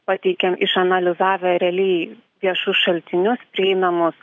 pateikėm išanalizavę realiai viešus šaltinius prieinamus